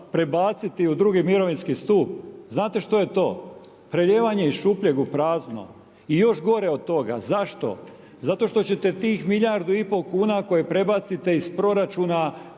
prebaciti u drugi mirovinski stup. Znate što je to – prelijevanje iz šupljeg u prazno. I još gore od toga. Zašto? Zato što ćete tih milijardu i pol kuna koje prebacite iz proračuna